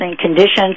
conditions